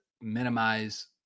minimize